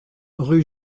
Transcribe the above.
rue